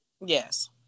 Yes